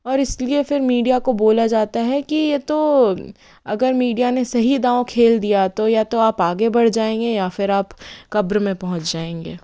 और इस लिए फिर मीडिया को बोला जाता है कि ये तो अगर मीडिया ने सही दांव खेल दिया तो या तो आप आगे बढ़ जाएंगे या फिर आप कब्र में पहुंच जाएंगे